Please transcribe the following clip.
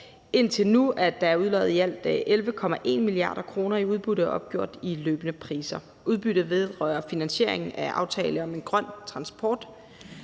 Indtil nu er der udloddet i alt 11,1 mia. kr. i udbytte opgjort i løbende priser. Udbyttet vedrører finansiering af »Aftale om en grøn transportpolitik«